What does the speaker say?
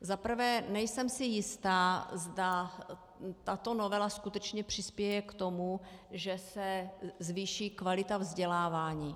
Za prvé nejsem si jistá, zda tato novela skutečně přispěje k tomu, že se zvýší kvalita vzdělávání.